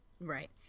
Right